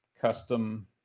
custom